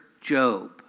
Job